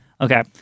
Okay